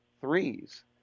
threes